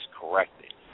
corrected